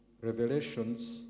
Revelations